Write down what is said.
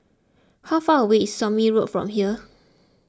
how far away is Somme Road from here